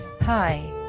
Hi